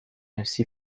ainsi